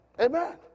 Amen